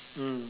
mm